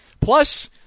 Plus